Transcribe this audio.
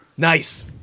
Nice